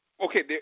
okay